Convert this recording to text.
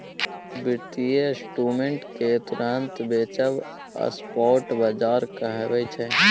बित्तीय इंस्ट्रूमेंट केँ तुरंत बेचब स्पॉट बजार कहाबै छै